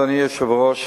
אדוני היושב-ראש,